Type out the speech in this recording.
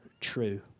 true